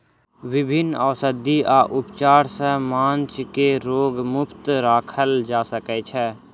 विभिन्न औषधि आ उपचार सॅ माँछ के रोग मुक्त राखल जा सकै छै